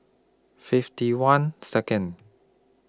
fifty one Second